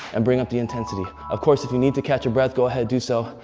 and bring up the intensity. of course, if you need to catch your breath, go ahead, do so.